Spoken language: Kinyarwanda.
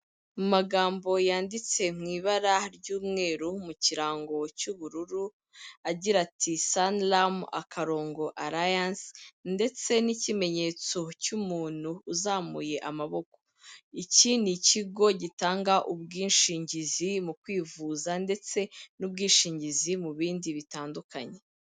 Mu magambo yanditse mu ibara ry'umweru, mu kirango cy'ubururu, agira ati sanilamu akarongo alayansi ndetse n'ikimenyetso cy'umuntu uzamuye amaboko, iki ni ikigo gitanga ubwishingizi mu kwivuza ndetse n'ubwishingizi mu bindi bitandukanye.